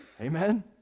Amen